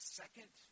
second